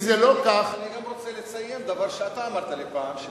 ואני גם רוצה לציין דבר שאתה אמרתי לי פעם,